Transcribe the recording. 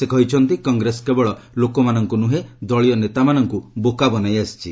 ସେ କହିଛନ୍ତି କଂଗ୍ରେସ କେବଳ ଲୋକମାନଙ୍କୁ ନୁହେଁ ଦଳୀୟ ନେତାମାନଙ୍କୁ ବୋକା ବନାଇ ଆସିଛି